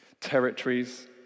Territories